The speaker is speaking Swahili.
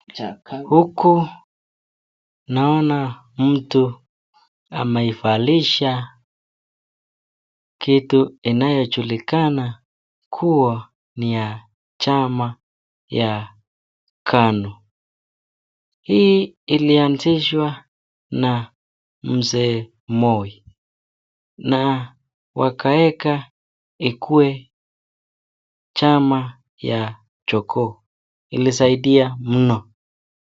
Huku naona mtu amaivalisha kitu inayojulikana kuwa ni ya chama ya kANU, hii ilianzishwa na mzee moi na wakaeka ikuwa chama ya jongoo ilisadia mno.